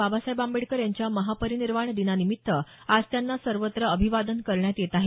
बाबासाहेब आंबेडकर यांच्या महापरिनिर्वाण दिनानिमित्त आज त्यांना सर्वत्र अभिवादन करण्यात येत आहे